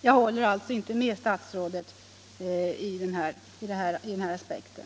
Jag håller alltså inte med statsrådet beträffande denna aspekt.